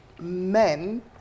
men